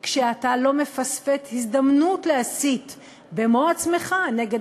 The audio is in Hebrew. כשאתה לא מפספס הזדמנות להסית במו-עצמך נגד